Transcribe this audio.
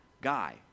guy